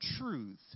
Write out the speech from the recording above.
truth